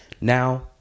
now